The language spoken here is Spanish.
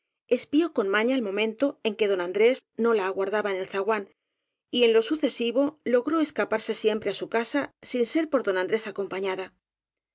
noches espió con maña el momento en que don andrés no la aguardaba en el zaguán y en lo su cesivo logró escaparse siempre á su casa sin ser por don andrés acompañada